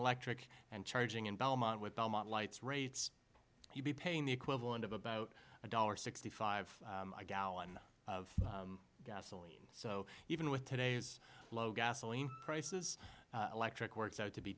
electric and charging in belmont with belmont lights rates you'd be paying the equivalent of about a dollar sixty five gallon of gasoline so even with today's low gasoline prices electric works out to be